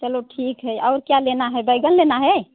चलो ठीक है और क्या लेना है बैंगन लेना है